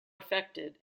affected